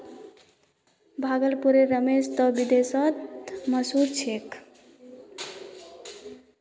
भागलपुरेर रेशम त विदेशतो मशहूर छेक